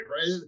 Right